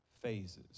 phases